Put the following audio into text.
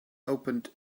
opened